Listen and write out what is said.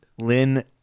Lynn